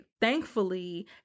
thankfully